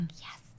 yes